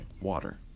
water